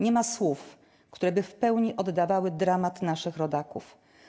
Nie ma słów, które by w pełni oddawały dramat naszych rodaków.